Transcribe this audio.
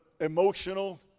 emotional